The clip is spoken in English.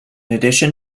addition